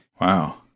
Wow